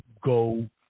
Go